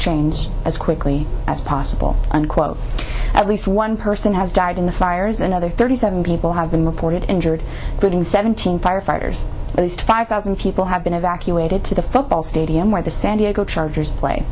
change as quickly as possible unquote at least one person has died in the fires another thirty seven people have been reported injured getting seventeen firefighters at least five thousand people have been evacuated to the football stadium where the san diego chargers play